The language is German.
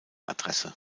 adresse